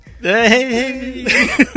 Hey